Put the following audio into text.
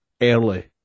early